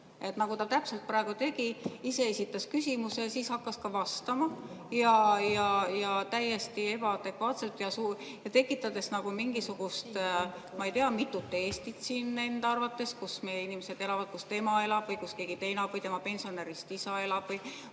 praegu täpselt tegi? Ta ise esitas küsimuse ja siis hakkas ka vastama, ja täiesti ebaadekvaatselt, tekitades nagu mingisugust, ma ei tea, mitut Eestit siin enda arvates, kus meie inimesed elavad, kus tema elab või kus keegi teine elab või tema pensionärist isa elab.